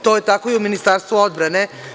To je tako i u Ministarstvu odbrane.